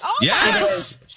Yes